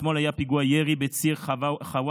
אתמול היה פיגוע בציר חווארה,